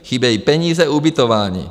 Chybějí peníze, ubytování.